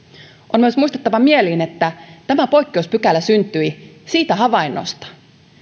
on myös muistutettava mieliin että tämä poikkeuspykälä syntyi siitä havainnosta